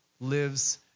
lives